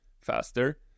faster